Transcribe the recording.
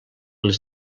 les